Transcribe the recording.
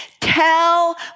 tell